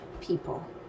people